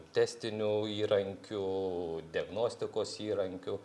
testinių įrankių diagnostikos įrankių